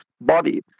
body